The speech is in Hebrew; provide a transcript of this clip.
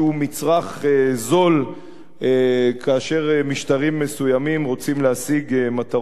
זול כאשר משטרים מסוימים רוצים להשיג מטרות מסוימות.